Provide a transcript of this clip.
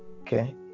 okay